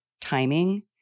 timing